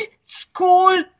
school